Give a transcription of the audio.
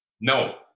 No